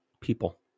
people